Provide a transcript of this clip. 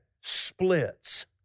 splits